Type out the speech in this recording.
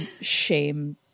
shame